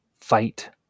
fight